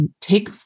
take